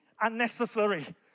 unnecessary